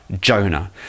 Jonah